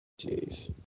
Jeez